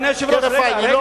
אדוני היושב-ראש, רגע.